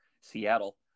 Seattle